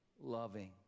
loving